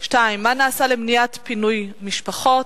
2. מה נעשה למניעת פינוי משפחות?